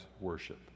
worship